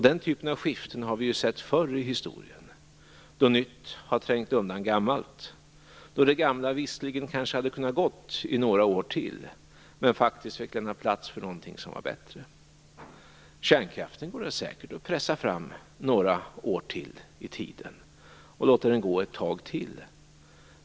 Den typen av skiften har vi sett förr i historien, då nytt har trängt undan gammalt, då det gamla visserligen kanske hade kunnat gå i några år till men faktiskt fick lämna plats för något som var bättre. Kärnkraften går det säkert att pressa fram några år till i tiden. Den kan säkert gå ett tag till.